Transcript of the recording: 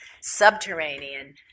subterranean